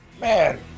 man